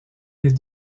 les